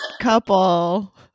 couple